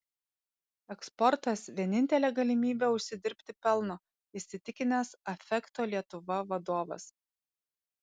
eksportas vienintelė galimybė užsidirbti pelno įsitikinęs affecto lietuva vadovas